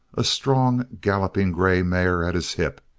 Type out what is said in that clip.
a strong galloping grey mare at his hip,